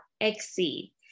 Exceed